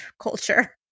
culture